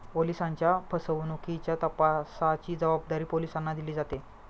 ओलिसांच्या फसवणुकीच्या तपासाची जबाबदारी पोलिसांना दिली जाते